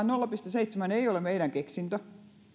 nolla pilkku seitsemän ei ole meidän keksintömme